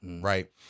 right